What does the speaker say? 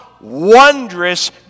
wondrous